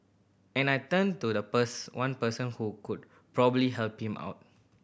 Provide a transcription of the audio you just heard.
and I turned to the bus one person who could probably help him out